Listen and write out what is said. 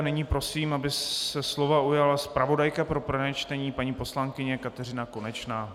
Nyní prosím, aby se slova ujala zpravodajka pro první čtení paní poslankyně Kateřina Konečná.